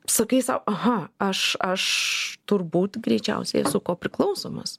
sakai sau aha aš aš turbūt greičiausiai esu kopriklausomas